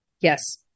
Yes